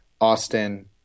Austin